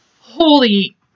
Holy